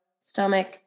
Stomach